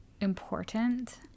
important